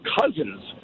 Cousins